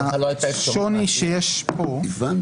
השוני שיש פה --- הבנתי,